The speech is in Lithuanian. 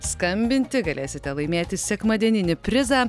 skambinti galėsite laimėti sekmadieninį prizą